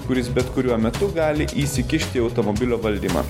kuris bet kuriuo metu gali įsikišti automobilio valdymą